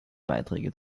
beiträge